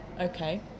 okay